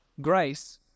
Grace